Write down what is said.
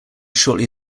shortly